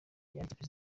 yandikiye